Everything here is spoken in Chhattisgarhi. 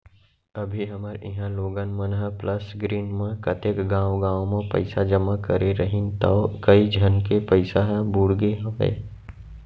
अभी हमर इहॉं लोगन मन ह प्लस ग्रीन म कतेक गॉंव गॉंव म पइसा जमा करे रहिन तौ कइ झन के पइसा ह बुड़गे हवय